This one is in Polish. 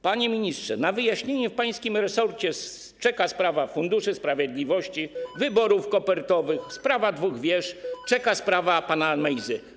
Panie ministrze, na wyjaśnienie w pańskim resorcie czeka sprawa Funduszu Sprawiedliwości, wyborów kopertowych, sprawa dwóch wież, czeka sprawa pana Mejzy.